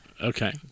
Okay